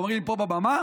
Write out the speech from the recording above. אומרים פה בבמה,